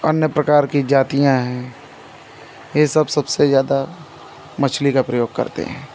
अन्य प्रकार की जातियाँ हैं ये सब सबसे ज़्यादा मछली का प्रयोग करते हैं